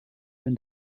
even